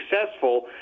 successful